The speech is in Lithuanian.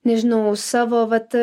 nežinau savo vat